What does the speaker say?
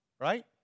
Right